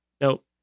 Nope